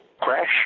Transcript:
crash